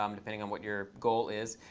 um depending on what your goal is.